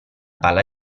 palla